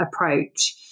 approach